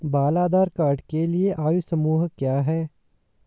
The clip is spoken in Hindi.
बाल आधार कार्ड के लिए आयु समूह क्या है?